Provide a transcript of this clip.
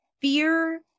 fear